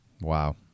Wow